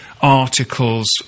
articles